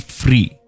free